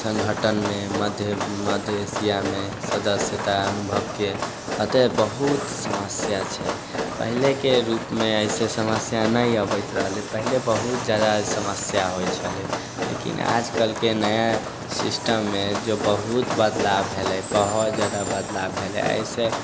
सङ्गठनमे माध्यम मध्य एशियामे सदस्यता अनुभवके अतऽ बहुत समस्या छै पहिलेके रूपमे ऐसे समस्या नहि अबैत रहलै पहिले बहुत जादा समस्या होइत छलै लेकिन आजकलके नया सिस्टममे जब बहुत बदलाव भेलै बहुत जादा बदलाव भेलै एहि से